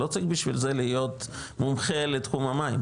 לא צריך בשביל זה להיות מומחה לתחום המים,